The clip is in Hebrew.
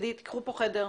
מצידי תיקחו פה חדר,